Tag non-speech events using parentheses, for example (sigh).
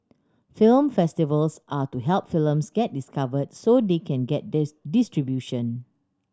film festivals are to help films get discovered so they can get (unintelligible) distribution